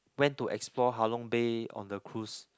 went to explore Halong Bay on a cruise